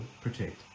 protect